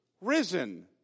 risen